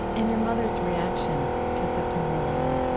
and your mother's reaction to september eleven?